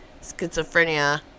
schizophrenia